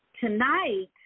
tonight